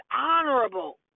honorable